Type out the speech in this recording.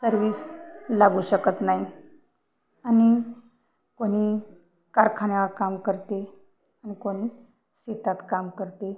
service लागू शकत नाही आणि कोणी कारखान्यावर काम करते आणि कोणी शेतात काम करते